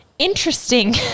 interesting